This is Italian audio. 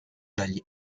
dagli